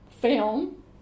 film